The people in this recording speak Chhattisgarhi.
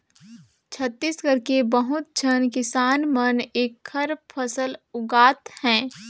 छत्तीसगढ़ के बहुत झेन किसान मन एखर फसल उगात हे